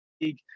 League